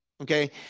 Okay